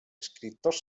escriptors